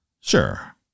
Sure